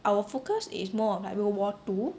our focus is more of like world war two